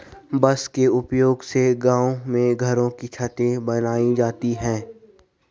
बांस के उपयोग से गांव में घरों की छतें बनाई जाती है